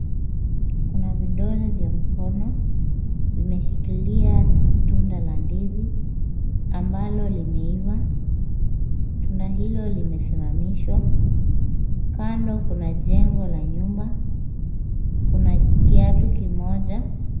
Kuna vidole vya mikono vimeshikilia tunda la ndizi ambalo limeiva. Tunda hilo limesimamishwa, kando kuna jengo la nyumba. Kuna kiatu kimoja.